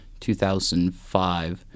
2005